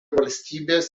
valstybės